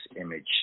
image